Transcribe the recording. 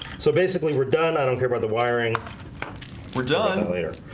so basically we're done. i don't care about the wiring we're done later,